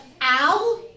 Al